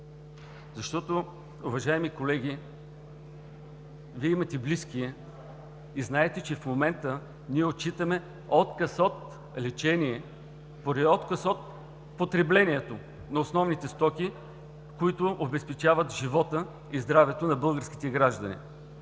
Защото, уважаеми колеги, Вие имате близки и знаете, че в момента ние отчитаме отказ от лечение поради отказ от потреблението на основни стоки, които обезпечават живота и здравето на българските граждани.